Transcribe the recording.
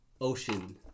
ocean